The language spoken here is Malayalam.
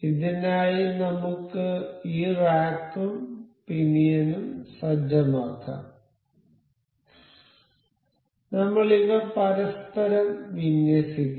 അതിനായി നമുക്ക് ഈ റാക്കും പിനിയനും സജ്ജമാക്കാം നമ്മൾ ഇവ പരസ്പരം വിന്യസിക്കും